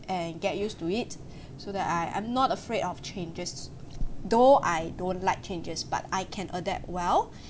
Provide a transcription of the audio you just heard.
and get used to it so that I I'm not afraid of changes though I don't like changes but I can adapt well